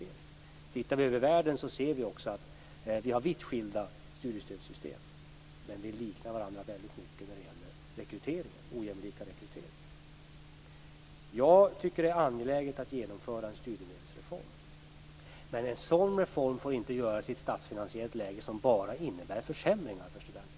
Om vi tittar över världen ser vi att det finns vitt skilda studiestödssystem men att vi liknar varandra väldigt mycket när det gäller den ojämlika rekryteringen. Jag tycker att det är angeläget att genomföra en studiemedelsreform, men en sådan reform får inte göras i ett statsfinansiellt läge som bara innebär försämringar för studenterna.